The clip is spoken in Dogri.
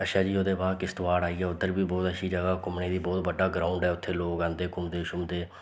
अच्छा जी ओह्दे बाद किश्तबाड़ आई गेआ उद्धर बी बोह्त अच्छी जगह् घूमने गी बोह्त बड्डा ग्राउंड ऐ उत्थें लोक आंदे घूमदे शूमदे